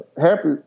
happy